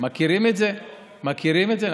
מכירים את זה, נכון?